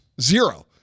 Zero